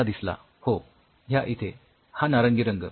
मला दिसला हो या इथे हा नारंगी रंग